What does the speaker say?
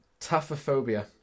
Taphophobia